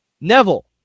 Neville